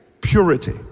Purity